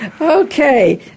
Okay